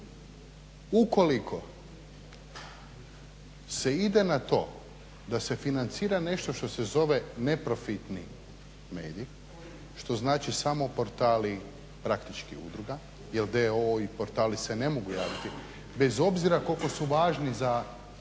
Ukoliko se ide na to da se financira nešto što se zove neprofitni medij što znači samo portali praktički udruga jer d.o.o. i portali se ne mogu javiti, bez obzira koliko su važni za javni